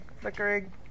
flickering